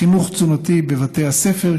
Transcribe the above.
חינוך תזונתי בבתי הספר,